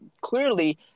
clearly